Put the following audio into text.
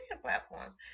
platforms